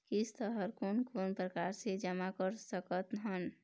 किस्त हर कोन कोन प्रकार से जमा करा सकत हन?